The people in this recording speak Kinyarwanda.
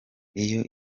iyo